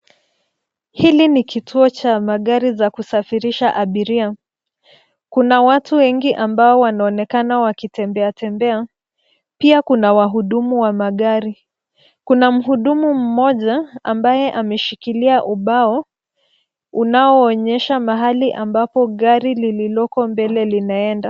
Hili ni kituo cha magari za kusafirisha abiria. Kuna watu wengi ambao wanaonekana wakitembeatembea, pia kuna wahudumu wa magari. Kuna mhudumu mmoja ambaye ameshikilia ubao unaoonyesha mahali ambapo gari lililoko mbele linaenda.